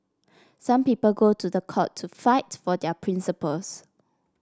some people go to the court to fight for their principles